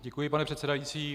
Děkuji, pane předsedající.